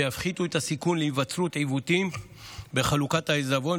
ויפחיתו את הסיכון להיווצרות עיוותים בחלוקת העיזבון,